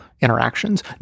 Interactions